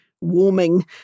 warming